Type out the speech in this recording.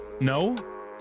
No